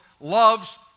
loves